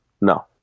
No